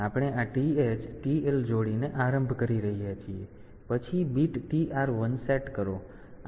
તેથી આપણે આ TH TL જોડીને આરંભ કરી રહ્યા છીએ પછી બીટ TR 1 સેટ કરો